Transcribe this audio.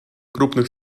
крупных